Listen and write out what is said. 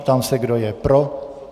Ptám se, kdo je pro.